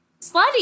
slutty